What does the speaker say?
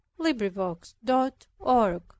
LibriVox.org